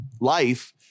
life